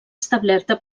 establerta